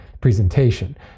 presentation